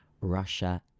Russia